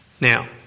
Now